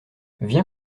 viens